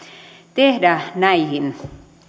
tehdä näihin